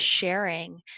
sharing